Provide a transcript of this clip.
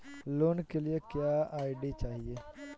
Loan के लिए क्या आई.डी चाही?